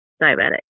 diabetic